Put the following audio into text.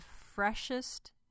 freshest